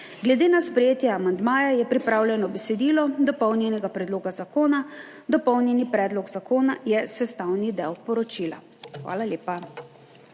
Glede na sprejetje amandmaja je pripravljeno besedilo dopolnjenega predloga zakona. Dopolnjeni predlog zakona je sestavni del poročila. Hvala lepa.